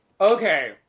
Okay